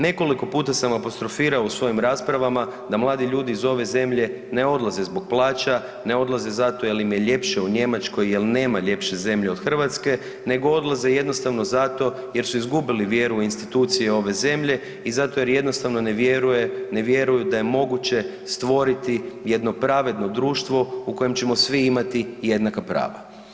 Nekoliko puta sam apostrofirao u svojim raspravama da mladi ljudi iz ove zemlje ne odlaze zbog plaća, ne odlaze zato jer im je ljepše u Njemačkoj jel nema ljepše od Hrvatske nego odlaze jednostavno zato jer su izgubili vjeru u institucije ove zemlje i zato jer jednostavno ne vjeruje, ne vjeruju da je moguće stvoriti jedno pravedno društvo u kojem ćemo svi imati jednaka prava.